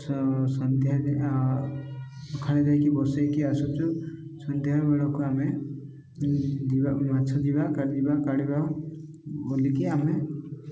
ସନ୍ଧ୍ୟାରେ ସଖାଳେ ଯାଇକି ବସାଇକି ଆସୁଛୁ ସନ୍ଧ୍ୟା ବେଳକୁ ଆମେ ଯିବା ମାଛ ଯିବା ଯିବା କାଢ଼ିବା ବୋଲିକି ଆମେ